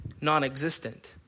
non-existent